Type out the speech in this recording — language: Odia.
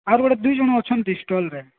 ଆର ଗୋଟେ ଦୁଇ ଜଣ ଅଛନ୍ତି ଷ୍ଟଲ୍ରେ